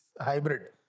hybrid